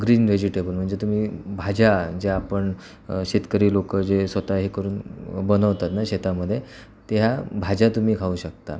green vegetable म्हणजे तुम्ही भाज्या ज्या आपण शेतकरी लोकं जे स्वतः हे करून बनवतात ना शेतामध्ये तर ह्या भाज्या तुम्ही खाऊ शकता